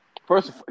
First